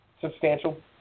substantial